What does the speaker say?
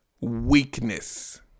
weakness